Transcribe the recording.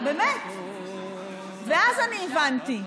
ואז הבנתי,